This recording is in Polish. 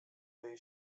jej